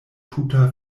tuta